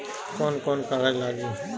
कौन कौन कागज लागी?